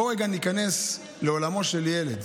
בואו רגע ניכנס לעולמו של ילד,